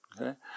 Okay